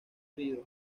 herido